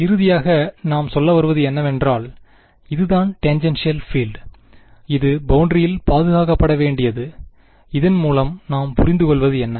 இறுதியாக நாம் சொல்ல வருவது என்னவென்றால் இதுதான் டேன்ஜென்ஷியல் பீல்ட் இது பௌண்டரியில் பாதுகாக்கப்பட வேண்டியது இதன் மூலம் நாம் புரிந்து கொள்வது என்ன